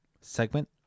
segment